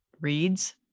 reads